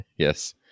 Yes